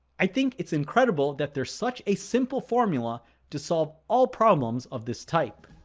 i think it's incredible that there's such a simple formula to solve all problems of this type!